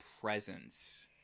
presence